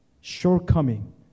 Shortcoming